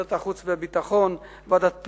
ועדת החוץ והביטחון, ועדת הפנים,